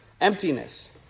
emptiness